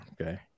Okay